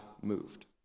moved